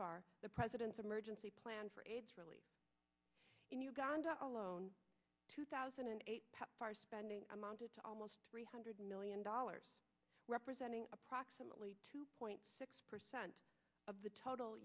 pepfar the president's emergency plan for aids relief in uganda alone two thousand and eight pepfar spending amounted to almost three hundred million dollars representing approximately two point six percent of the total